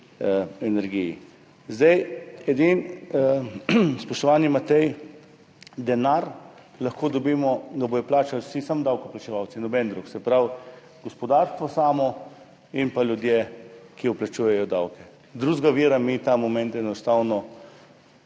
energiji. Spoštovani Matej, denar lahko dobimo edino tako, ga bodo plačali vsi, samo davkoplačevalci, noben drug, se pravi, gospodarstvo samo in pa ljudje, ki plačujejo davke, drugega vira mi ta moment enostavno